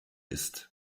ist